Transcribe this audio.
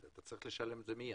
אתה צריך לשלם את זה מיד.